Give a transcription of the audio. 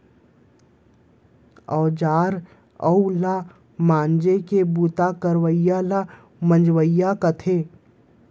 औजार उव ल मांजे के बूता करवइया ल मंजइया कथें